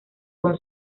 con